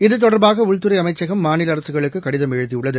இதுதொடர்பாகஉள்துறைஅமைச்சகம் மாநிலஅரசுகளுக்குகடிதம் எழுதியுள்ளது